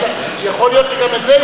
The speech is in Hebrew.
יכול להיות שגם את זה הם,